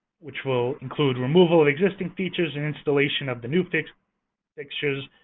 which will include removal of existing features and installation of the new fixtures,